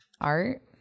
art